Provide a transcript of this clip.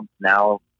now